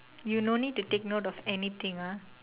you no need to take note of anything ah